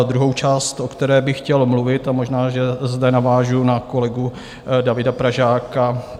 Druhá část, o které by chtěl mluvit, a možná že zde navážu na kolegu Davida Pražáka.